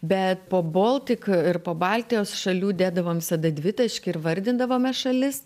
bet po boltik ir po baltijos šalių dėdavom visada dvitaškį ir vardindavome šalis